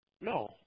No